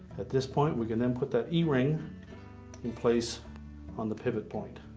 at this point, we can then put that e-ring in place on the pivot point.